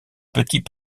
petits